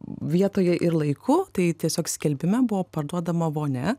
vietoje ir laiku tai tiesiog skelbime buvo parduodama vonia